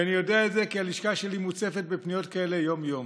ואני יודע את זה כי הלשכה שלי מוצפת בפניות כאלה יום-יום.